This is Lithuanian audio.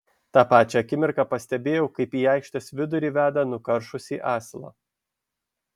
tą pačią akimirką pastebėjau kaip į aikštės vidurį veda nukaršusį asilą